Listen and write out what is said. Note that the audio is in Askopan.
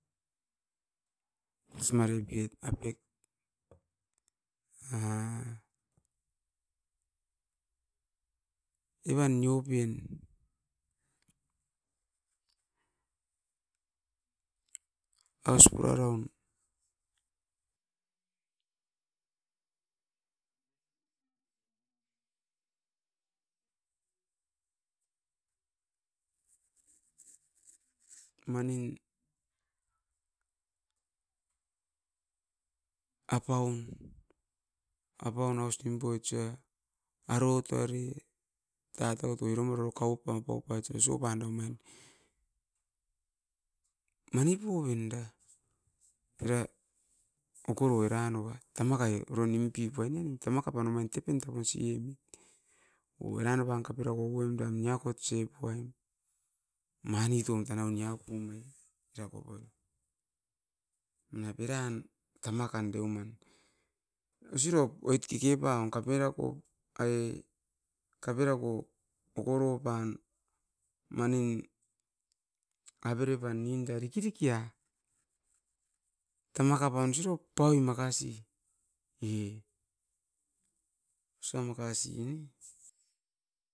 Kos mare piepen, evan nio pen, aus pura raun manin apaun, apaun aus nim poit aro tare, tatakot tare iro mara kau op pait os, os, osopan omain. Maini poven da era okoro annoa tama kakai nim puai ne. Omain tepen tapun omain. Eran kaperau oupum niakot sepuaim. Mani tom tanau nia pum. Manap eran tamakan biran. Osi rop oit keke pawom, kape rako okoro pan avere pan sikirikia. Tama kapan osirop paui makasi osa makasi.